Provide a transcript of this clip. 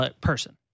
person